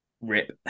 Rip